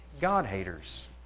God-haters